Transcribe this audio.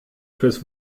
fürs